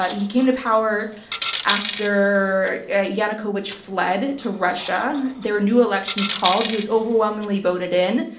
ah yeah he came to power after yanukovych fled to russia. there were new elections called, he was overwhelmingly voted in.